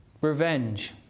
Revenge